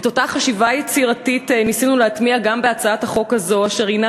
את אותה חשיבה יצירתית ניסינו להטמיע גם בהצעת החוק הזאת אשר הנה